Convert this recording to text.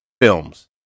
films